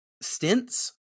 stints